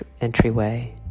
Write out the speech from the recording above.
entryway